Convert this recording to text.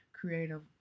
creative